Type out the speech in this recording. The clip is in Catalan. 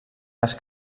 les